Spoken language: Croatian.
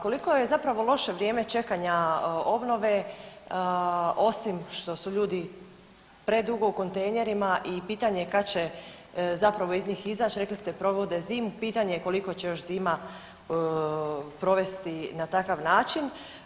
Koliko je zapravo loše vrijeme čekanja obnove, osim što su ljudi predugo u kontejnerima i pitanje je kad će zapravo iz njih izać, rekli ste provode zimu, pitanje je koliko će još zima provesti na takav način.